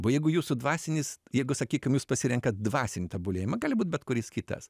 bo jeigu jūsų dvasinis jeigu sakykim jūs pasirenkat dvasinį tobulėjimą gali būt bet kuris kitas